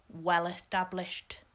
well-established